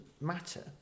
matter